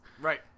Right